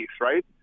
right